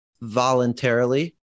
voluntarily